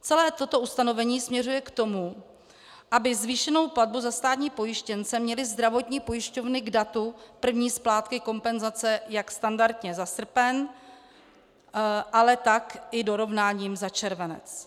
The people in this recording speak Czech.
Celé toto ustanovení směřuje k tomu, aby zvýšenou platbu za státní pojištěnce měly zdravotní pojišťovny k datu první splátky kompenzace jak standardně za srpen, ale tak i dorovnáním za červenec.